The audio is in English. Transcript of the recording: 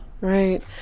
right